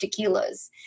tequilas